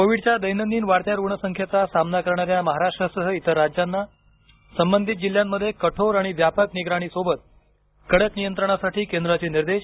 कोविडच्या दैनंदिन वाढत्या रुग्णसंख्येचा सामना करणाऱ्या महाराष्ट्रासह इतर राज्यांना संबंधित जिल्ह्यांमध्ये कठोर आणि व्यापक निगराणीसोबत कडक नियंत्रणासाठी केंद्राचे निर्देश